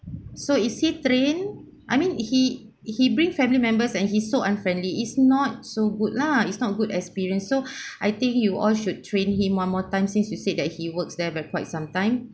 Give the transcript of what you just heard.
so is he train I mean he he bring family members and he so unfriendly is not so good lah it's not good experience so I think you all should train him one more time since you said that he works there for quite some time